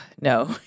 No